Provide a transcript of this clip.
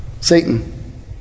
satan